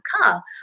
car